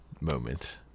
moment